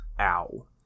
ow